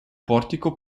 portico